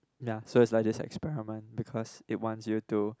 ya so it is like just experiment because it wants you to